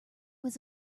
was